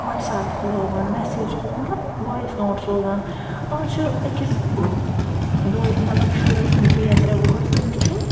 WhatsApp کھُلاوان message مطلب voice note سوزان آز چھُ أکِس مطلب شُر ٲسِنۍ زٕ یا ترے وُہَر تٔمِس چھُ